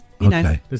Okay